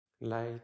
Light